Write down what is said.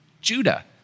Judah